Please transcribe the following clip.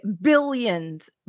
Billions